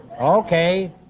Okay